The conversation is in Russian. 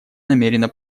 намерена